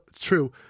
true